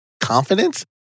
confidence